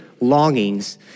longings